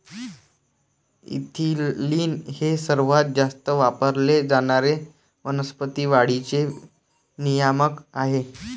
ethylene हे सर्वात जास्त वापरले जाणारे वनस्पती वाढीचे नियामक आहे